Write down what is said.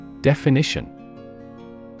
Definition